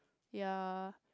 ya